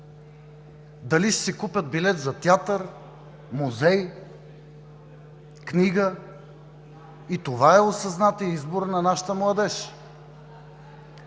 дали ще си купят билет за театър, музей, книга. И това е осъзнатият избор на нашата младеж.